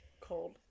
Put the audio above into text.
cold